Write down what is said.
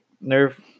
nerve